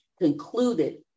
concluded